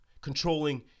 controlling